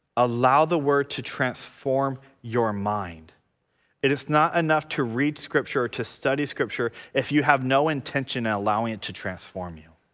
allow the word to transform your mind it is not enough to read scripture, to study scripture if you have no intention allowing it to transform you.